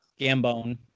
Gambone